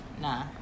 Nah